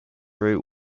route